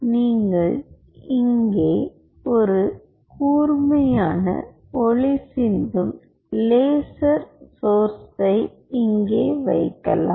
நீங்கள் இங்கே ஒரு கூர்மையான ஒளி சிந்தும் லேசர் சோர்ஸ்சை இங்கே வைக்கலாம்